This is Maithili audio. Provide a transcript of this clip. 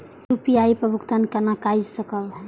हम यू.पी.आई पर भुगतान केना कई सकब?